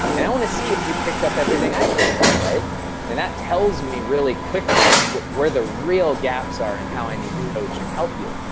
and i want to see if you picked up everything i picked up. and that tells me really quickly where the real gaps are and how i need to coach and help you.